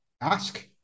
ask